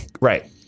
Right